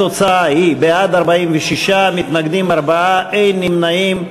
התוצאה היא בעד, 46, מתנגדים, 4, אין נמנעים.